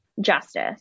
justice